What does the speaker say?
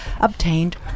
obtained